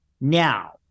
now